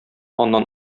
аннан